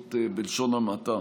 וזאת בלשון המעטה.